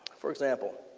for example,